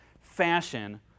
fashion